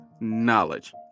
knowledge